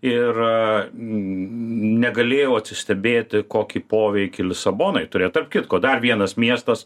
ir negalėjau atsistebėti kokį poveikį lisabonai turėjo tarp kitko dar vienas miestas